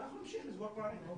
ואנחנו נמשיך לסגור פערים.